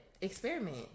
Experiment